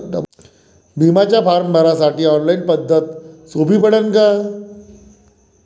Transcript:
बिम्याचा फारम भरासाठी ऑनलाईन पद्धत सोपी पडन का?